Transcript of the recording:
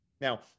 Now